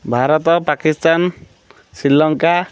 Bharat Pakistan Sri Lanka